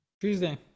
Tuesday